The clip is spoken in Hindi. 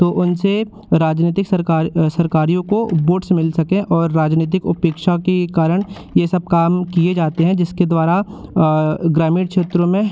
तो उनसे राजनीतिक सरकार सरकारियों को वोट्स मिल सकें और राजनीतिक उपेक्षा के ही कारण ये सब काम किए जाते हैं जिसके द्वारा ग्रामीण क्षेत्रों में